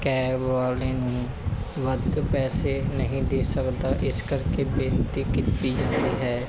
cab ਵਾਲੇ ਨੂੰ ਵੱਧ ਪੈਸੇ ਨਹੀਂ ਦੇ ਸਕਦਾ ਇਸ ਕਰਕੇ ਬੇਨਤੀ ਕੀਤੀ ਜਾਂਦੀ ਹੈ